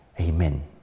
Amen